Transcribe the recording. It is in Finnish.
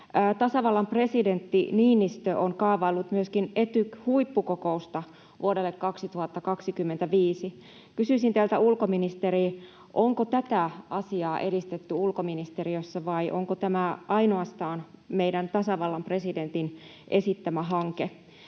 Tasavallan presidentti Niinistö on kaavaillut myöskin Etyk-huippukokousta vuodelle 2025. Kysyisin teiltä, ulkoministeri: onko tätä asiaa edistetty ulkoministeriössä, vai onko tämä ainoastaan meidän tasavallan presidentin esittämä hanke?